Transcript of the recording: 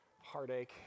heartache